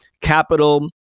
Capital